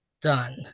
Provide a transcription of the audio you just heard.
done